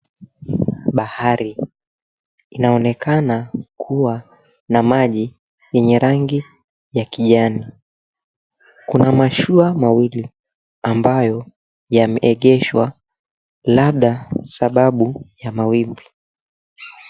Bahari inaonekana kuwa na maji yenye rangi ya kijani. Kuna mashua mawili ambayo yameegeshwa labda sababu ya mawimbi.